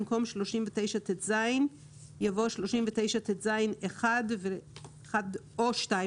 במקום "39טז" יבוא "39(1) או (2)".